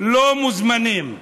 לא מוזמנת.